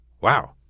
wow